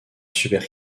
super